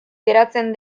geratzen